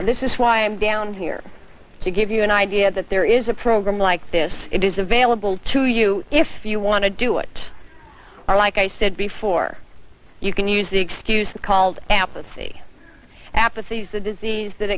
and this is why i'm down here to give you an idea that there is a program like this it is available to you if you want to do it or like i said before you can use the excuse called apathy apathy is a disease that